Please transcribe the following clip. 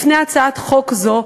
לפני הצעת חוק זו,